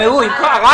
אתה